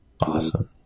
Awesome